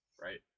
right